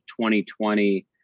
2020